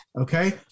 Okay